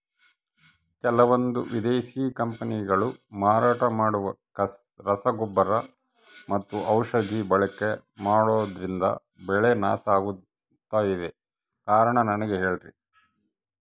ಕೆಲವಂದು ವಿದೇಶಿ ಕಂಪನಿಗಳು ಮಾರಾಟ ಮಾಡುವ ರಸಗೊಬ್ಬರ ಮತ್ತು ಔಷಧಿ ಬಳಕೆ ಮಾಡೋದ್ರಿಂದ ಬೆಳೆ ನಾಶ ಆಗ್ತಾಇದೆ? ಕಾರಣ ನನಗೆ ಹೇಳ್ರಿ?